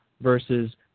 versus